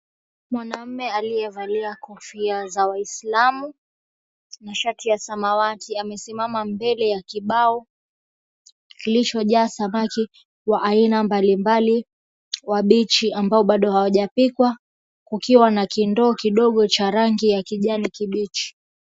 Mwanaume aliyevalia kofia za waislamu, na shati ya samawati. Ames𝑖𝑚𝑎ma mbele ya kibao kilicho jaa samaki wa aina mbalimbali, wabichi ambao bado hawajapikwa. Kukiwa na kindoo kidogo cha rangi ya kijani kibichi.